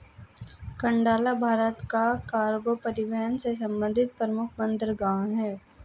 कांडला भारत का कार्गो परिवहन से संबंधित प्रमुख बंदरगाह है